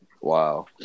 Wow